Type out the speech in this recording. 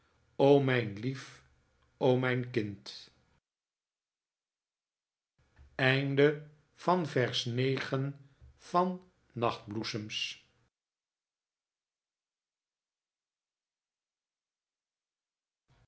o mijn lief o mijn kind